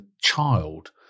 child